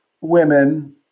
women